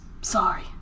sorry